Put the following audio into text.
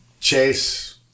Chase